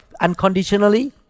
unconditionally